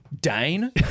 Dane